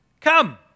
Come